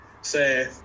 say